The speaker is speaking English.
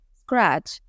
scratch